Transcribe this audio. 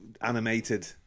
animated